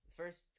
first